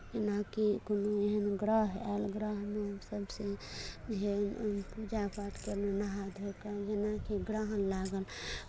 जेनाकि कोनो एहन ग्रह आयल ग्रहमे हमसभ फेर पूजा पाठ कयलहुँ नहा धो कऽ जेनाकि ग्रहण लागल